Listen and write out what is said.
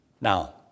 Now